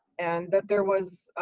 and that there was,